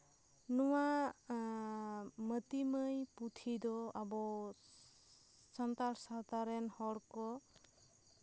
ᱱᱚᱣᱟ ᱢᱟᱹᱛᱤ ᱢᱟᱹᱭ ᱯᱩᱛᱷᱤ ᱫᱚ ᱟᱵᱚ ᱥᱟᱱᱛᱟᱲ ᱥᱟᱶᱛᱟ ᱨᱮᱱ ᱦᱚᱲ ᱠᱚ